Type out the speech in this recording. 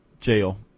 jail